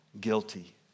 guilty